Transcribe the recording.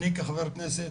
אני, כחבר כנסת,